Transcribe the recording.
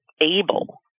able